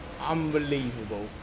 unbelievable